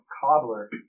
Cobbler